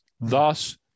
Thus